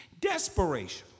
Desperation